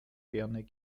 gern